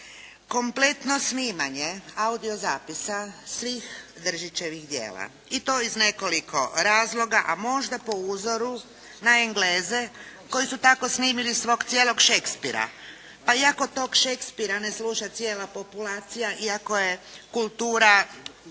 kompletno snimanje audio zapisa svih Držićevih djela i to iz nekoliko razloga, a možda po uzoru na Engleze koji su tako snimili svog cijelog Shakespearea. Pa i ako tog Shapespearea ne sluša cijela populacija, iako je kultura